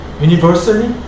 universally